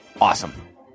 Awesome